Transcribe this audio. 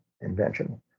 invention